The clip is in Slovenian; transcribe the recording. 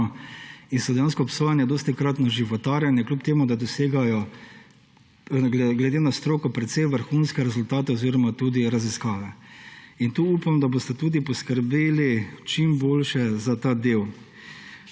in so obsojeni dostikrat na životarjenje, kljub temu da dosegajo glede na stroko precej vrhunske rezultate oziroma tudi raziskave. Tukaj upam, da boste tudi poskrbeli čim boljše za ta del.